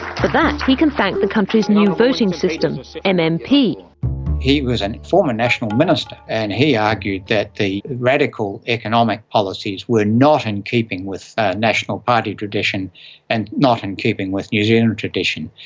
for that he can thank the country's new voting system, and and mmp. he he was a and former national minister, and he argued that the radical economic policies were not in keeping with ah national party tradition and not in keeping with new zealand's tradition.